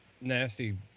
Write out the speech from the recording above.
nasty